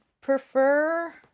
prefer